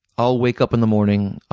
i'll wake up in the morning,